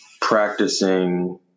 practicing